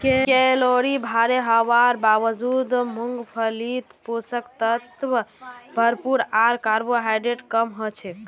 calorie भोरे हवार बावजूद मूंगफलीत पोषक तत्व भरपूर आर कार्बोहाइड्रेट कम हछेक